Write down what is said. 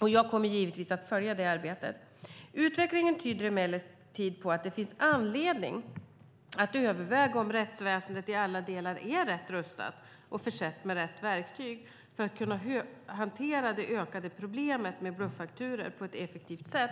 Jag kommer givetvis att följa det arbetet. Utvecklingen tyder emellertid på att det finns anledning att överväga om rättsväsendet i alla delar är rätt rustat och försett med rätt verktyg för att kunna hantera det ökande problemet med bluffakturor på ett effektivt sätt.